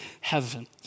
heaven